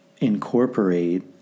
incorporate